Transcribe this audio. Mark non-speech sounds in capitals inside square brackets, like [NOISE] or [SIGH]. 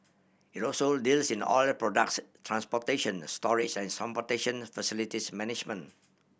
it also deals in oil products transportation storage and [UNINTELLIGIBLE] facilities management